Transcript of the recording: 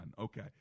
okay